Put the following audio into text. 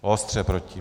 Ostře proti.